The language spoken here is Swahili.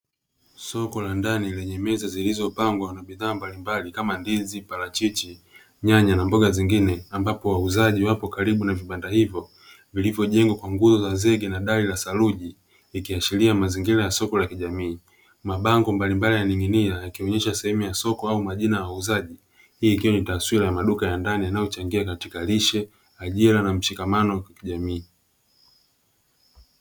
Soko la ndani lenye meza zilizopangwa na bidhaa mbalimbali kama ndizi, parachichi, nyanya na mboga zingine. Ambapo wauzaji wapo karibu na vibanda hivyo vivyolivyojengwa kwa nguzo za zege na dari ya saruji, ikiashiria mazingira ya soko la kijamii. Mabango mbalimbali yakionyesha sehemu ya soko au majina ya uuzaji wa maduka ya ndani, yanayochangia katika lishe, ajira na mshikamano kijamii.